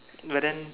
but then